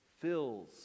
fills